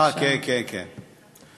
אה, כן, כן, משתבלל.